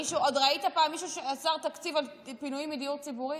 ראית פעם מישהו שעצר תקציב על פינוי מדיור ציבורי?